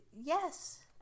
Yes